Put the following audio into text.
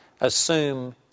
assume